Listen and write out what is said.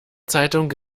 zeitung